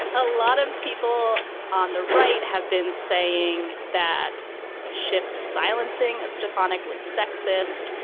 a lot of people on the right have been saying that shifts silencing of stefanik was sexist.